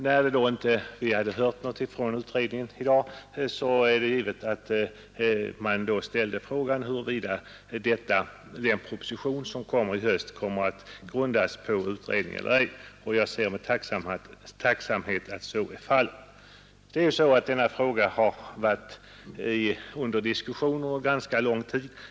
När vi sedan inte hörde något ifrån utredningen var det naturligt att man ställde sig frågan huruvida den proposition som läggs fram i höst kommer att grundas på utredningen eller ej. Jag ser nu med tacksamhet att så blir fallet. Denna fråga har diskuterats under ganska lång tid.